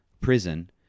prison